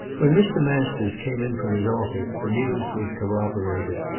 when mr. masters came in from his office the news was corroborated.